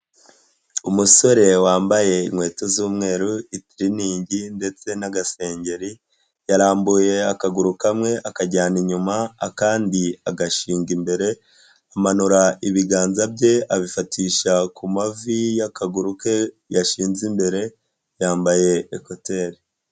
Umusore wambaye inkweto z'umweru, itiriningi ndetse n'agasengeri, yarambuye akaguru kamwe akajyana inyuma, akandi agashinga imbere, amanura ibiganza bye abifatisha ku mavi y'akaguru ke yashyize imbere, yambaye ekuteri.